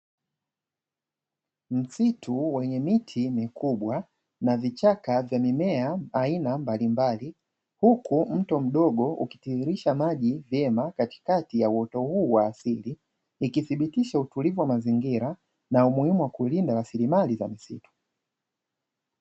Msitu wenye miti mikubwa na vichaka vya mimea aina mbalimbali, huku mto mdogo ukitiririsha maji vyema katikati ya uoto huu wa asili, ikithibitisha utulivu wa mazingira na umuhimu wa kulinda rasilimali za misitu.